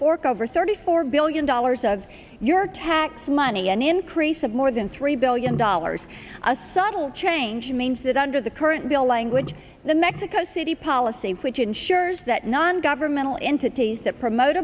fork over thirty four billion dollars of your tax money an increase of more than three billion dollars a subtle change means that under the current bill language the mexico city policy which ensures that non governmental entities that promote